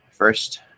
First